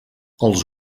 els